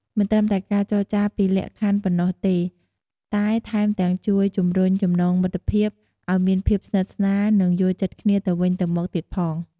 មិនត្រឹមតែការចរចាពីលក្ខខណ្ឌប៉ុណ្ណោះទេ តែថែមទាំងជួយ ជំរុញចំណងមិត្តភាព ឱ្យមានភាពស្និទ្ធស្នាល និងយល់ចិត្តគ្នាទៅវិញទៅមកទៀតផង។